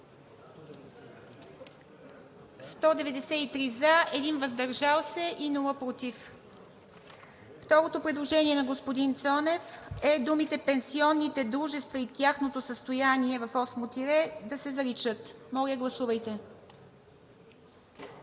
няма, въздържал се – 1. Второто предложение на господин Цонев е думите „пенсионните дружества и тяхното състояние“ в осмо тире да се заличат. Моля, гласувайте.